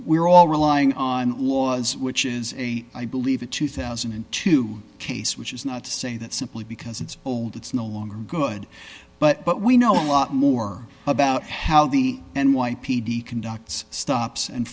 are all relying on laws which is a i believe a two thousand and two case which is not to say that simply because it's old it's no longer good but but we know a lot more about how the n y p d conducts stops and